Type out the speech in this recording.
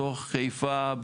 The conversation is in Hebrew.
בתוך חיפה,